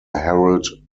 harold